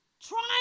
trying